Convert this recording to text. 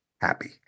happy